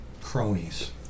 cronies